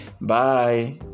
Bye